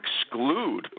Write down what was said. exclude